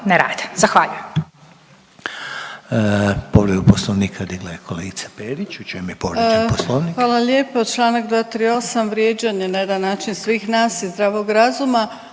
ne rade. Zahvaljujem.